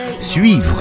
suivre